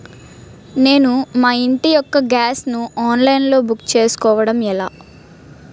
నేను మా ఇంటి యెక్క గ్యాస్ ను ఆన్లైన్ లో బుక్ చేసుకోవడం ఎలా?